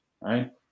right